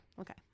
Okay